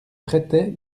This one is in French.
prêtait